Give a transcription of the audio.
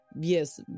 yes